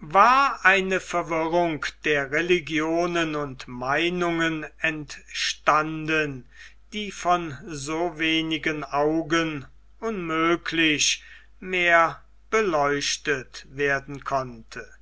war eine verwirrung der religionen und meinungen entstanden die von so wenigen augen unmöglich mehr beleuchtet werden konnte